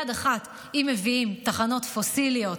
אם מביאים ביד אחת תחנות פוסיליות,